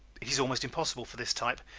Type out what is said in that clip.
it is almost impossible for this type,